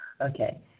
okay